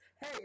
Hey